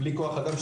בלי כוח אדם,